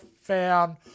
found